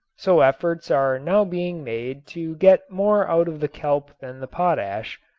so efforts are now being made to get more out of the kelp than the potash.